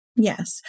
Yes